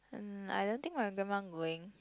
uh I don't think my grandma going